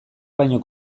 baino